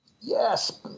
Yes